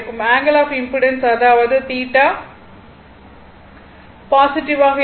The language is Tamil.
ஆங்கிள் ஆப் இம்பிடன்ஸ் அதாவது θ பாசிட்டிவ் ஆக இருக்கும்